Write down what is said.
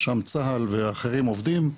שם צה"ל ואחרים עובדים,